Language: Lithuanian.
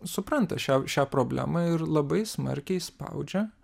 supranta šią šią problemą ir labai smarkiai spaudžia